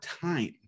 time